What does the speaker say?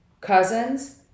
cousins